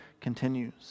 continues